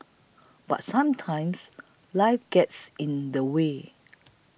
but sometimes life gets in the way